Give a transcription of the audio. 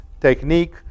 technique